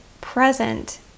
present